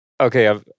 Okay